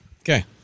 Okay